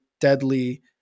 deadly